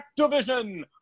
Activision